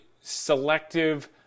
selective